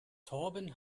torben